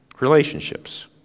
relationships